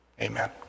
Amen